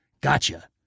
gotcha